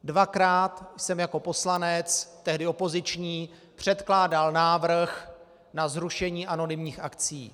Dvakrát jsem jako poslanec, tehdy opoziční, předkládal návrh na zrušení anonymních akcií.